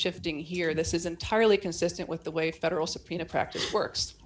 shifting here this is entirely consistent with the way federal subpoena practice works